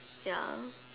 ya